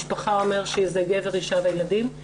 משפחה אומר שזה גבר אישה וילדים.